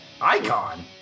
Icon